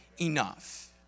enough